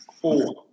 four